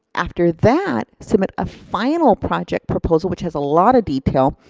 after that, submit a final project proposal, which has a lot of detail,